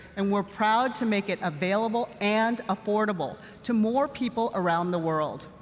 and we're proud to make it available and affordable to more people around the world.